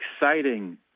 exciting